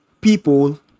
people